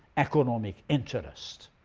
economic interest.